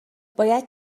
باید